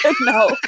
No